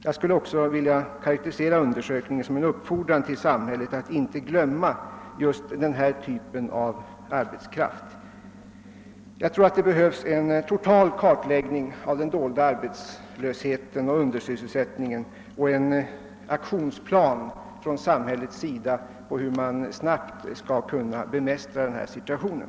Jag skulle också vilja karaktärisera undersökningen som en uppfordran till samhället att inte glömma just denna typ av arbetskraft. Det behövs en total kartläggning av den dolda arbetslösheten och undersysselsättningen och en aktionsplan från samhället beträffande hur man snabbt skall kunna bemästra situationen.